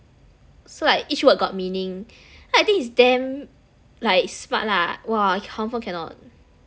so like each word got meaning I think is damn like smart lah !wah! confirm cannot